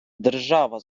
держава